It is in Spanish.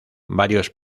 varios